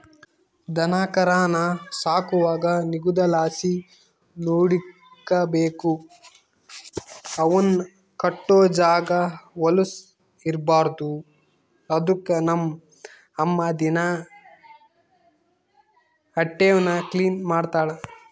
ದನಕರಾನ ಸಾಕುವಾಗ ನಿಗುದಲಾಸಿ ನೋಡಿಕಬೇಕು, ಅವುನ್ ಕಟ್ಟೋ ಜಾಗ ವಲುಸ್ ಇರ್ಬಾರ್ದು ಅದುಕ್ಕ ನಮ್ ಅಮ್ಮ ದಿನಾ ಅಟೇವ್ನ ಕ್ಲೀನ್ ಮಾಡ್ತಳ